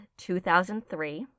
2003